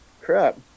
Crap